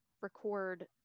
record